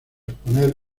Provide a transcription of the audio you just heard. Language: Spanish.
exponer